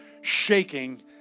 shaking